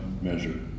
measure